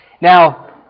Now